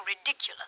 ridiculous